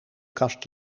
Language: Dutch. kast